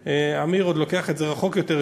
עמיר עוד לוקח את זה רחוק יותר,